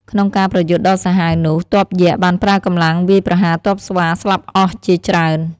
ក្នុងការប្រយុទ្ធដ៏សាហាវនោះ ទ័ពយក្សបានប្រើកម្លាំងវាយប្រហារទ័ពស្វាស្លាប់អស់ជាច្រើន។